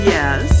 Yes